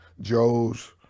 joes